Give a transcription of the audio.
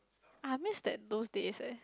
I miss that those days eh